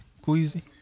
Queasy